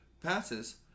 passes